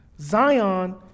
Zion